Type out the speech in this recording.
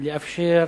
לאפשר